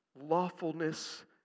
lawfulness